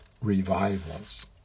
revivals